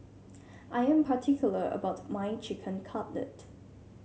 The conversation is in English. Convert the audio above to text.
I am particular about my Chicken Cutlet